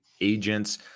agents